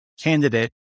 candidate